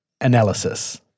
analysis